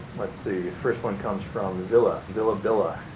let's see. first one comes from zilla, zilla villa,